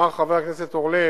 אמר חבר הכנסת אורלב,